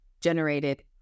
generated